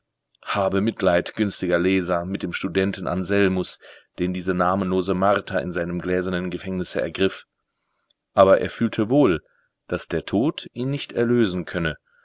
habe mitleid günstiger leser mit dem studenten anselmus den diese namenlose marter in seinem gläsernen gefängnisse ergriff aber er fühlte wohl daß der tod ihn nicht erlösen könne